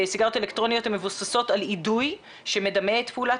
סיגריות אלקטרוניות המבוססות על אידוי שמדמה את פעולות